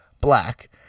black